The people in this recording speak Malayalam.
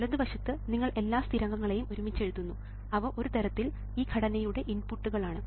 വലതുവശത്ത് നിങ്ങൾ എല്ലാ സ്ഥിരാങ്കങ്ങളെയും ഒരുമിച്ച് എഴുതുന്നു അവ ഒരുതരത്തിൽ ഈ ഘടനയുടെ ഇൻപുട്ടുകൾ ആണ്